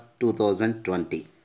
2020